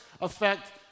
affect